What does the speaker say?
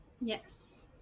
Yes